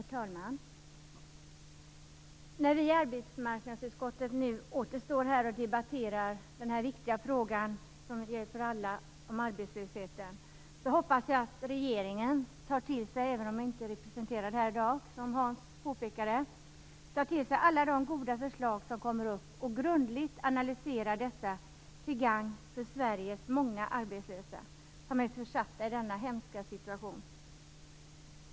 Herr talman! När vi i arbetsmarknadsutskottet åter står här och debatterar denna för alla viktiga fråga - arbetslösheten - hoppas jag att regeringen, även om den som Hans Andersson påpekade inte är representerad här i dag, tar till sig alla de goda förslag som kommer upp och grundligt analyserar dessa till gagn för Sveriges många arbetslösa, som är försatta i denna hemska situation.